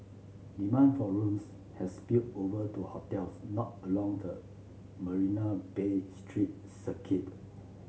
demand for rooms has spilled over to hotels not along the Marina Bay street circuit